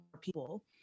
people